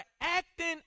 acting